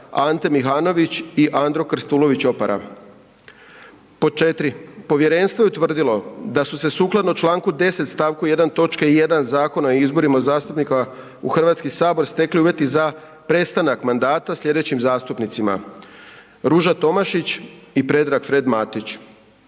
Ante Mihanović i Andro Krstulović Opara. 4. Povjerenstvo je utvrdilo da se sukladno čl. 10. st. 1. točke 1. Zakona o izborima zastupnika u Hrvatski sabor stekli uvjeti za prestanak mandata sljedećim zastupnicima: Ruža Tomašić i Predrag Fred Matić.